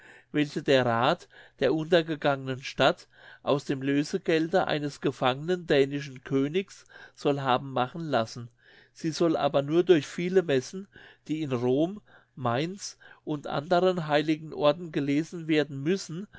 welche der rath der untergegangenen stadt aus dem lösegelde eines gefangenen dänischen königs soll haben machen lassen sie soll aber nur durch viele messen die in rom mainz und anderen heiligen orten gelesen werden müssen